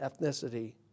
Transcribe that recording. ethnicity